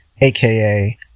aka